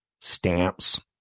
stamps